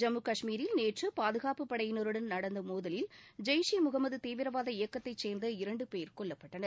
ஜம்மு கஷ்மீரில் நேற்று பாதுகாப்புப் படையினருடன் நடந்த மோதலில் ஜெய்ஸ் இ முஹமது தீவிரவாத இயக்கத்தைச் சேர்ந்த இரண்டு பேர் கொல்லப்பட்டனர்